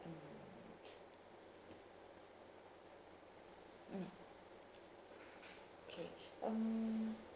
mm okay um